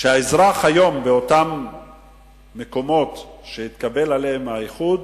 והאזרח היום, באותם מקומות שהתקבל בהם האיחוד,